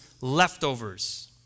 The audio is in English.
leftovers